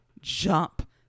jump